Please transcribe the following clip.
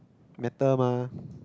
better mah